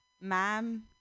Ma'am